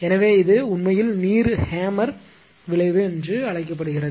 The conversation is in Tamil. எனவே இது உண்மையில் நீர் ஹேம்மர் விளைவு என்று அழைக்கப்படுகிறது